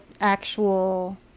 actual